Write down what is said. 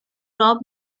rob